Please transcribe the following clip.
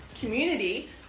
community